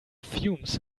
fumes